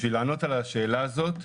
בשביל לענות על השאלה הזאת,